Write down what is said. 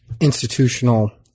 institutional